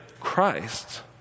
Christ